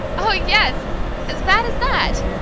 oh, yes as bad as that!